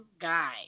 guy